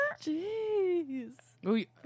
Jeez